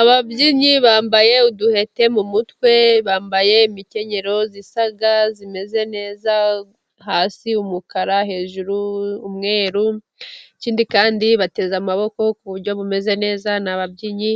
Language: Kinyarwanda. Ababyinnyi bambaye uduhete mu mutwe, bambaye imikenyerero isa imeze neza, hasi umukara hejuru umweru. Ikindi kandi bateze amaboko ku buryo bumeze neza, ni ababyinnyi